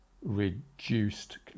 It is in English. reduced